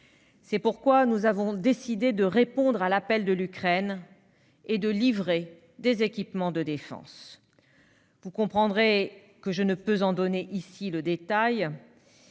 C'est pourquoi nous avons décidé de répondre à l'appel de l'Ukraine et de lui livrer des équipements de défense. Vous le comprendrez aisément, je ne puis en donner ici le détail.